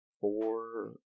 four